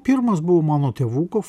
pirmas buvo mano tėvuko